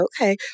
okay